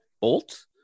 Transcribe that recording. bolt